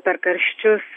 per karščius